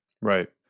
Right